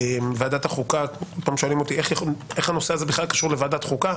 בכל פעם שואלים אותי איך הנושא הזה בכלל קשור לוועדת החוקה